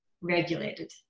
regulated